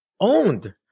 owned